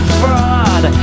fraud